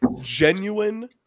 genuine